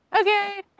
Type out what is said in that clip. okay